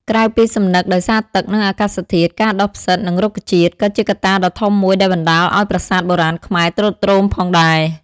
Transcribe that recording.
ក្រៅពីសំណឹកដោយសារទឹក និងអាកាសធាតុ ការដុះផ្សិត និងរុក្ខជាតិ ក៏ជាកត្តាដ៏ធំមួយដែលបណ្ដាលឱ្យប្រាសាទបុរាណខ្មែរទ្រុឌទ្រោមផងដែរ។